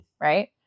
right